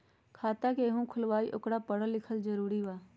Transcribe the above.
खाता जे केहु खुलवाई ओकरा परल लिखल जरूरी वा?